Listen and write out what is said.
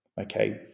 Okay